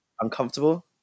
uncomfortable